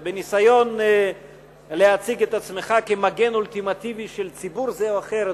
ובניסיון להציג את עצמך כמגן אולטימטיבי של ציבור זה או אחר,